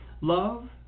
love